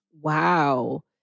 Wow